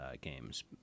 games